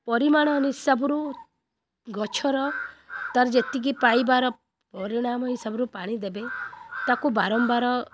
ପରିମାଣ ହିସାବରୁ ଗଛର ତାର ଯେତିକି ପାଇବାର ପରିଣାମ ହିସାବରୁ ପାଣି ଦେବେ ତାକୁ ବାରମ୍ବାର